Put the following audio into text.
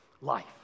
life